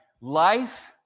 life